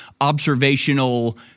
observational